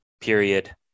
Period